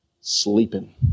Sleeping